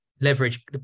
leverage